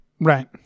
Right